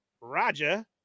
Roger